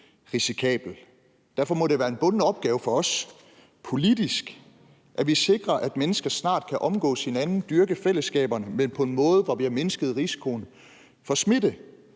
Derfor må det være en bunden opgave for os politisk at sikre, at mennesker snart kan omgås hinanden, dyrke fællesskaberne, men på en måde, hvor vi har mindsket risikoen for smitte.